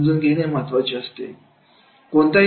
ते समजून घेणे महत्त्वाचे असते